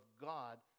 God